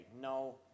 No